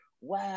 wow